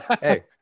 hey